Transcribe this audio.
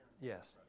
Yes